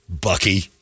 Bucky